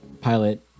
Pilot